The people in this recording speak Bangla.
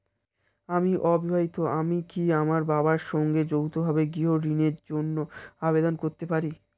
আমি অবিবাহিতা আমি কি আমার বাবার সঙ্গে যৌথভাবে গৃহ ঋণের জন্য আবেদন করতে পারি?